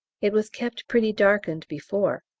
it was kept pretty darkened before.